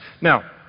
Now